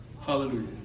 Hallelujah